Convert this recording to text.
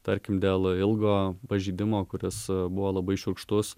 tarkim dėl ilgo pažeidimo kuris buvo labai šiurkštus